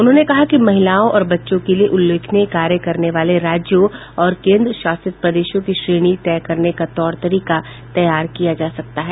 उन्होंने कहा कि महिलाओं और बच्चों के लिए उल्लेखनीय कार्य करने वाले राज्यों और केन्द्रशासित प्रदेशों की श्रेणी तय करने का तौर तरीका तैयार किया जा सकता है